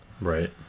Right